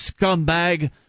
scumbag